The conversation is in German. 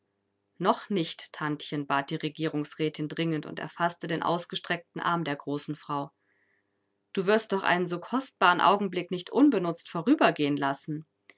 noch nicht tantchen bat die regierungsrätin dringend und erfaßte den ausgestreckten arm der großen frau du wirst doch einen so kostbaren augenblick nicht unbenutzt vorübergehen lassen